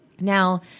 Now